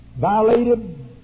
violated